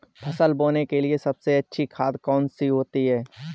फसल बोने के लिए सबसे अच्छी खाद कौन सी होती है?